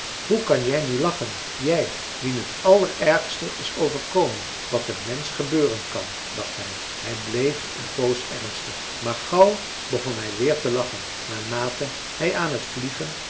hoe kan jij nu lachen jij wien t allerergste is overkomen wat een mensch gebeuren kan dacht hij hij bleef een poos ernstig maar gauw begon hij weer te lachen naarmate hij aan het vliegen